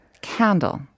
candle